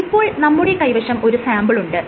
ഇപ്പോൾ നമ്മുടെ കൈവശം ഒരു സാംപിൾ ഉണ്ട്